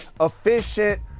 efficient